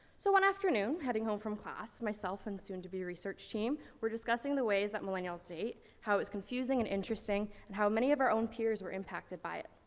so one afternoon, heading home from class, myself and soon to be research team were discussing the ways that millennials date, how it's confusing and interesting, and how many of our own peers were impacted by it.